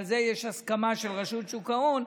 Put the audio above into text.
שעל זה יש הסכמה של רשות שוק ההון,